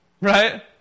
Right